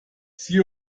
sie